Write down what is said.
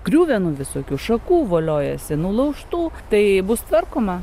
griuvenų visokių šakų voliojasi nulaužtų tai bus tvarkoma